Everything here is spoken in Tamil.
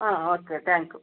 ah okay thank you